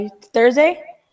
Thursday